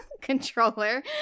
controller